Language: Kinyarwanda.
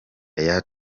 yaya